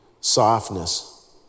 softness